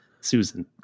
Susan